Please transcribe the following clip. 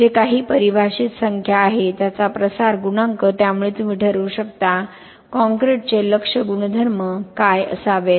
जे काही परिभाषित संख्या आहे त्याचा प्रसार गुणांक त्यामुळे तुम्ही ठरवू शकता काँक्रीटचे लक्ष्य गुणधर्म काय असावेत